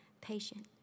patient